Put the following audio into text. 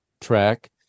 track